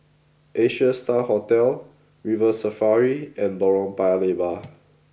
Asia Star Hotel River Safari and Lorong Paya Lebar